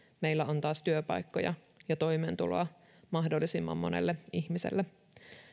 meillä on taas työpaikkoja ja toimeentuloa mahdollisimman monelle ihmiselle